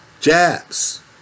jabs